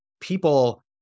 people